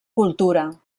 cultura